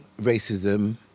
racism